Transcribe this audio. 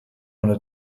unter